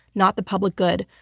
not the public good.